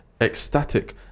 ecstatic